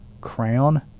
crown